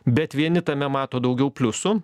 bet vieni tame mato daugiau pliusų